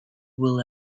will